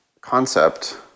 concept